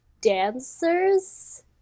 dancers